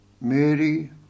Mary